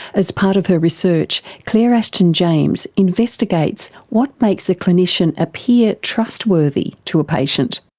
as part of her research, claire ashton-james investigates what makes a clinician appear trustworthy to a patient.